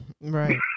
Right